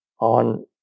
on